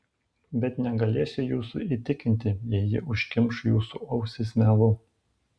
bet negalėsiu jūsų įtikinti jei ji užkimš jūsų ausis melu